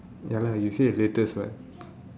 ya lah you said latest what